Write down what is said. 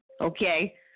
okay